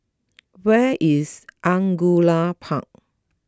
where is Angullia Park